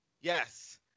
yes